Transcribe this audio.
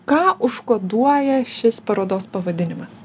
ką užkoduoja šis parodos pavadinimas